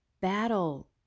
battle